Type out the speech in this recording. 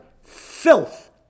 filth